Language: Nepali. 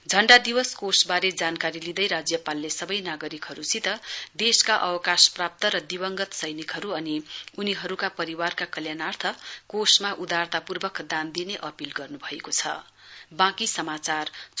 झण्डा दिवस कोषबारे जानकारी लिँदै राज्यपालले सबै नागरिकहरूसित देशका अवकाशप्राप्त र दिवंगत सैनिकहरू अनि उनीहरूका परिवारका कल्याणार्थ कोषमा उदारतापूर्वक दान दिने अपील गर्नु भएको छ